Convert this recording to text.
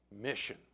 mission